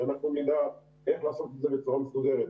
שאנחנו נדע לעשות את זה בצורה מסודרת.